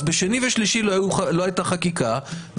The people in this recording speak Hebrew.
אז בשני ושלישי לא הייתה חקיקה,